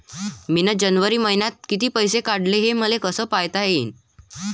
मिन जनवरी मईन्यात कितीक पैसे काढले, हे मले कस पायता येईन?